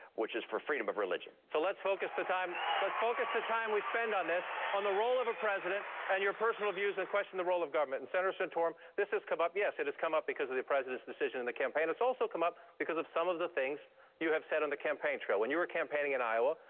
which is for freedom of religion. king so let's focus the time let's focus the time we spend on this on the role of the president and your personal views and question the role of government. and senator santorum, this has come up yes, it has come up because of the president's decision in the campaign. it's also come up because of some of the things you have said on the campaign trail. when you were campaigning in iowa,